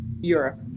Europe